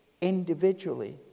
individually